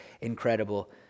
incredible